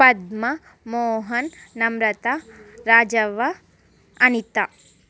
Padma Mohan Namrata Rajavva Anitha